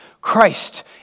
Christ